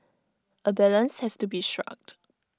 A balance has to be struck